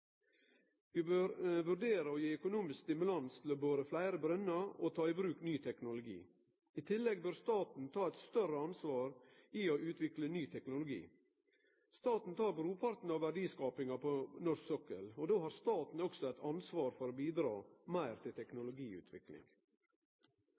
Vi bør vurdere å gi økonomisk stimulans til å bore fleire brønnar og å ta i bruk ny teknologi. I tillegg bør staten ta eit større ansvar for å utvikle ny teknologi. Staten tek brorparten av verdiskapinga på norsk sokkel. Då har staten også eit ansvar for å bidra meir til